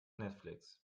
netflix